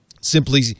simply